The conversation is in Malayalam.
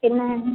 പിന്നെ